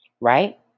Right